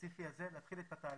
הספציפי הזה כדי להתחיל את התהליך.